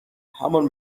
همان